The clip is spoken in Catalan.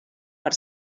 per